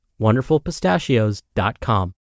wonderfulpistachios.com